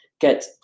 get